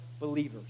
believers